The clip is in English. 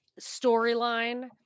storyline